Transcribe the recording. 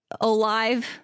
alive